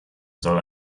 soll